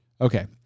Okay